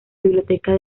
biblioteca